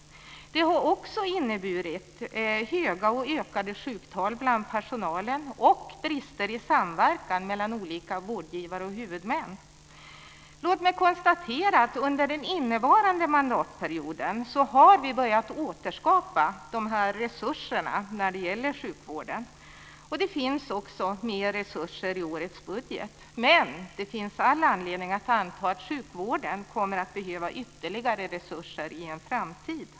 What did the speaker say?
Det har också inneburit höga och ökade sjuktal bland personalen och brister i samverkan mellan olika vårdgivare och huvudmän. Låt mig konstatera att vi under den innevarande mandatperioden har börjat återskapa resurserna till sjukvården. Det finns också mer resurser i årets budget. Men det finns all anledning att anta att sjukvården kommer att behöva ytterligare resurser i en framtid.